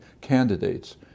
candidates